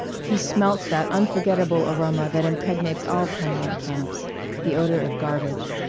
he smelt that unforgetable aroma that impregnates all permanent camps the odor of garbage.